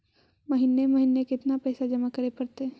महिने महिने केतना पैसा जमा करे पड़तै?